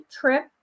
trip